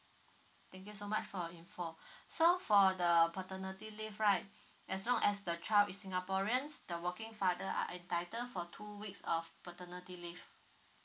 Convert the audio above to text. thank you so much for info for so for the uh paternity leave right as long as the child is singaporeans the working father are entitled for two weeks of paternity leave